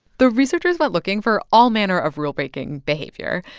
the researchers went looking for all manner of rule-breaking behavior,